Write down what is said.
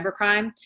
cybercrime